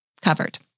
covered